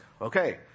okay